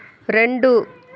రెండు